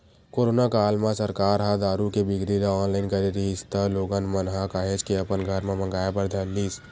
corona काल म सरकार ह दारू के बिक्री ल ऑनलाइन करे रिहिस त लोगन मन ह काहेच के अपन घर म मंगाय बर धर लिस